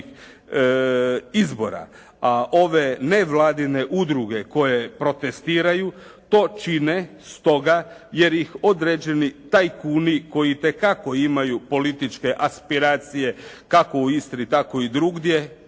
izbora. A ove nevladine udruge koje protestiraju to čine stoga jer ih određeni tajkuni koji itekako imaju političke aspiracije kako u Istri tako i drugdje